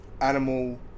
animal